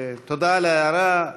תודה על ההערה.